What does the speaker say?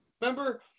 remember